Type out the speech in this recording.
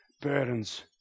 Burdens